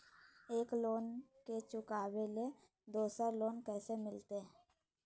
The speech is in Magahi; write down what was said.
एक लोन के चुकाबे ले दोसर लोन कैसे मिलते?